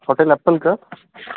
hotel अप्पल का